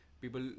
people